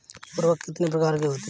उर्वरक कितने प्रकार के होते हैं?